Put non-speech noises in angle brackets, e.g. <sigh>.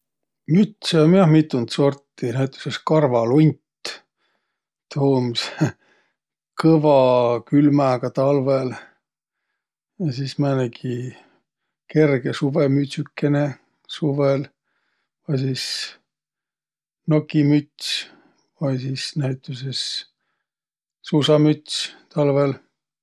Mütse um jah mitund sorti. Näütüses karvalunt, tuu um <laughs> kõva külmäga talvõl. Ja sis määnegi kerge suvõmütsükene suvõl. Ja sis nokimüts. Vai sis näütüses suusamüts talvõl.